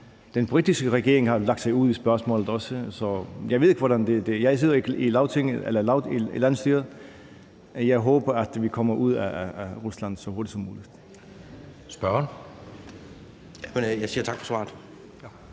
Den britiske regering har også været inde på spørgsmålet, så jeg ved ikke, hvordan det ender. Jeg sidder ikke i landsstyret, men jeg håber, at vi kommer ud af Rusland så hurtigt som muligt. Kl. 00:02 Anden næstformand